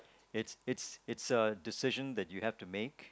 it's it's it's a decision that you have to make